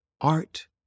art